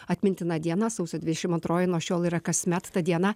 atmintina diena sausio dvidešim antroji nuo šiol yra kasmet ta diena